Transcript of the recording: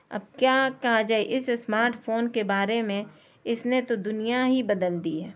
اب کیا کہا جائے اس اسمارٹ فون کے بارے میں اس نے تو دنیا ہی بدل دی ہے